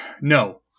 no